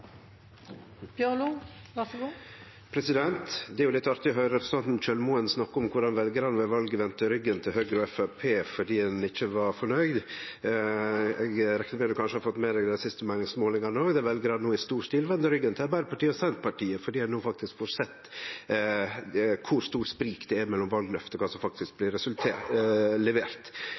jo litt artig å høyre representanten Kjølmoen snakke om korleis veljarane ved valet vende ryggen til Høgre og Framstegspartiet fordi dei ikkje var fornøgde. Eg reknar med at han kanskje har fått med seg den siste meiningsmålinga no, der veljarane i stor stil vender ryggen til Arbeidarpartiet og Senterpartiet fordi ein no faktisk får sett kor stort sprik det er mellom valløfta og kva som faktisk blir levert.